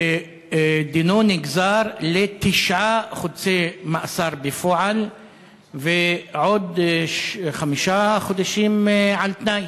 ודינו נגזר לתשעה חודשי מאסר בפועל ועוד חמישה חודשים על-תנאי.